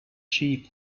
sheep